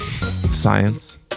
Science